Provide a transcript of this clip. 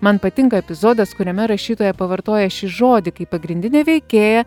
man patinka epizodas kuriame rašytoja pavartoja šį žodį kaip pagrindinė veikėja